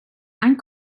and